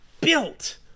built